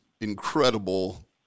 incredible